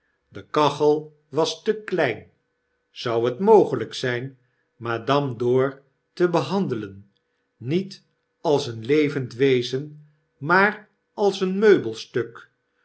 de kachel was te klein zou het mogelyk zyn madarae dor te behandelen niet als een levend wezen maar als een meubelstuk